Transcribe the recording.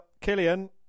Killian